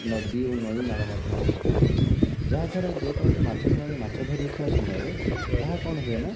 ନଦୀ ଓ ନଈ ନାଳ ମାଧ୍ୟମରେ ପକାଇ ଥାଆନ୍ତି ଯାହାଦ୍ୱାରା ଯେକୌଣସି ମାଛ ଧରାଳୀ ମାଛ ଧରୁଥିବା ସମୟରେ ତାହା କଣ ହୁଏ ନା